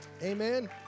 Amen